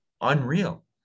unreal